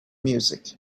music